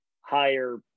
higher